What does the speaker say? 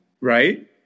Right